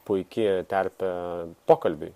puiki terpė pokalbiui